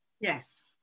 Yes